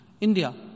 India